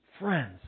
friends